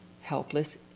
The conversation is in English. helpless